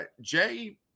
Jay